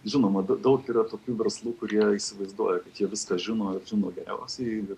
žinoma da daug yra tokių verslų kurie įsivaizduoja kad ji viską žino ir žino geriausiai ir